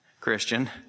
Christian